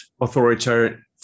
authoritarian